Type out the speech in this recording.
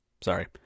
Sorry